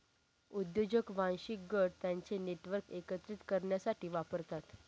उद्योजक वांशिक गट त्यांचे नेटवर्क एकत्रित करण्यासाठी वापरतात